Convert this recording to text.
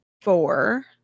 four